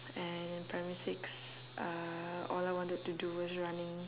and primary six uh all I wanted to do was running